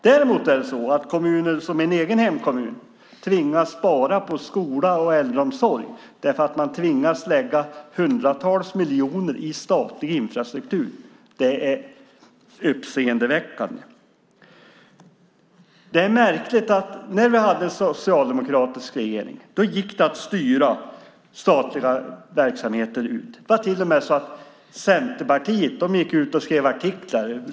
Däremot är det så att till exempel min hemkommun tvingas spara in på skolan och äldreomsorgen därför att man tvingas lägga hundratals miljoner på statlig infrastruktur. Detta är uppseendeväckande. Det är ändå märkligt. När landet hade en socialdemokratisk regering gick det att styra ut statliga verksamheter till olika delar av landet. Till och med Centerpartiet gick ut i artiklar.